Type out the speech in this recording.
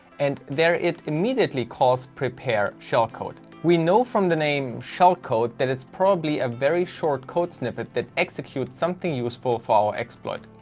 and there it immediately calls prepare shellcode. we know from the name shellcode, that it's probably a very short code snippet that executes something useful for our exploit.